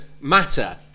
matter